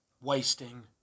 wasting